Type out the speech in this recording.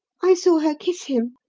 i saw her kiss him.